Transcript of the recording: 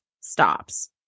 stops